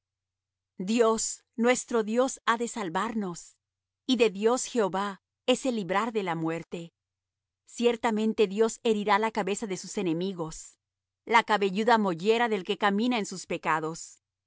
dios nuestro dios ha de salvarnos y de dios jehová es el librar de la muerte ciertamente dios herirá la cabeza de sus enemigos la cabelluda mollera del que camina en sus pecados